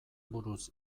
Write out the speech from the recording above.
buruz